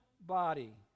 body